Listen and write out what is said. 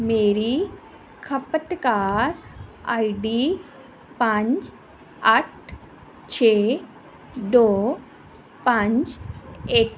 ਮੇਰੀ ਖਪਤਕਾਰ ਆਈਡੀ ਪੰਜ ਅੱਠ ਛੇ ਦੋ ਪੰਜ ਇੱਕ